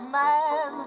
man